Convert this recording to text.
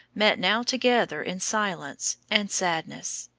met now together in silence and sadness.